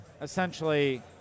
Essentially